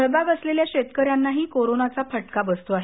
फळबाग असलेल्या शेतकऱ्यांनाही कोरोनाचा फटका बसत आहे